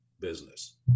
business